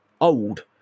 old